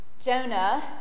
Jonah